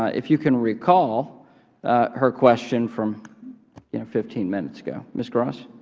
if you can recall her question from you know fifteen minutes ago, ms. cross,